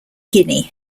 guinea